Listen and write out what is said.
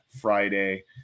Friday